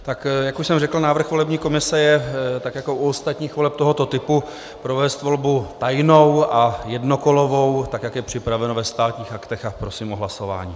Jak už jsem řekl, návrh volební komise je, tak jako u ostatních voleb tohoto typu, provést volbu tajnou a jednokolovou, tak jak je připraveno ve Státních aktech, a prosím o hlasování.